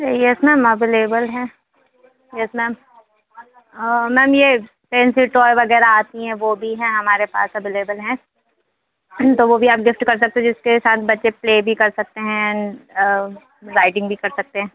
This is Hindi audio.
यस मैम अवलेबल हैं यस मैम मैम ये पेंसिल टॉय वग़ैरह आती हैं वो भी है हमारे पास अवलेबल हैं तो वो भी आप गिफ्ट कर सकते जिसके साथ बच्चे प्ले भी कर सकते हैं राइडिंग भी कर सकते